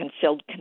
concealed